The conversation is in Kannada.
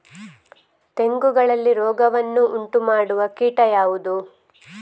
ತೆಂಗುಗಳಲ್ಲಿ ರೋಗವನ್ನು ಉಂಟುಮಾಡುವ ಕೀಟ ಯಾವುದು?